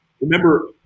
Remember